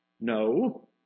No